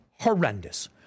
horrendous